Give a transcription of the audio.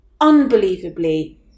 unbelievably